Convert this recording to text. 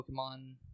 Pokemon